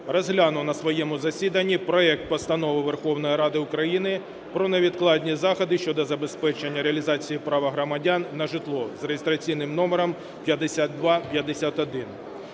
розглянув на своєму засіданні проект Постанови Верховної Ради України про невідкладні заходи щодо забезпечення реалізації права громадян на житло за реєстраційним номером 5251.